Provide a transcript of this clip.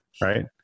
Right